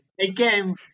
Again